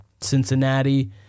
Cincinnati